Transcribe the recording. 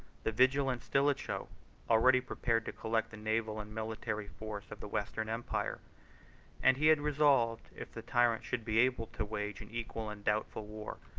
the vigilant stilicho already prepared to collect the naval and military force of the western empire and he had resolved, if the tyrant should be able to wage an equal and doubtful war,